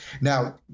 Now